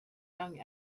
young